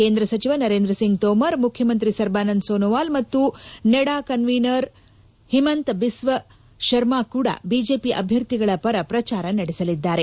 ಕೇಂದ್ರ ಸಚಿವ ನರೇಂದ್ರ ಸಿಂಗ್ ತೋಮರ್ ಮುಖ್ಯಮಂತ್ರಿ ಸರ್ಬಾನಂದ ಸೊನೊವಾಲ್ ಮತ್ತು ನೆಡಾ ಕನ್ವೀನರ್ ಹಿಮಂತ ಬಿಸ್ವ ಶರ್ಮಾ ಕೂಡಾ ಬಿಜೆಪಿ ಅಭ್ಯರ್ಥಿಗಳ ಪರ ಪ್ರಚಾರ ನಡೆಸಲಿದ್ದಾರೆ